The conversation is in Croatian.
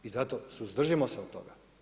I zato suzdržimo se od toga.